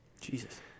Jesus